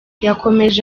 yakomeje